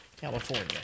California